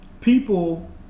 people